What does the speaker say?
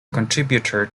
contributor